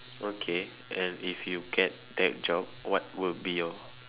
okay and if you get that job what would be your